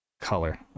color